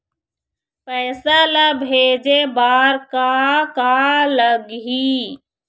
पैसा ला भेजे बार का का लगही?